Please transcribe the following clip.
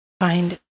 find